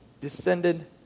descended